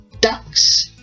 ducks